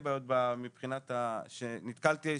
אגב,